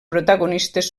protagonistes